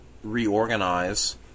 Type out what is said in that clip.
reorganize